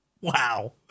Wow